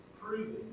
proving